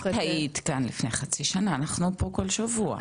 את היית כאן לפני חצי שנה, אנחנו פה כל שבוע.